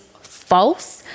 false